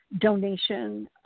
donation